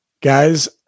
Guys